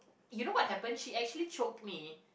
you know what happened she actually choked me